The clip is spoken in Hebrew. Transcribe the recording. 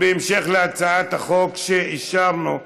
תיקון: בהמשך להצעת החוק שאישרנו כרגע,